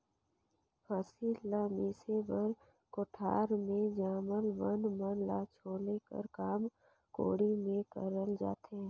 फसिल ल मिसे बर कोठार मे जामल बन मन ल छोले कर काम कोड़ी ले करल जाथे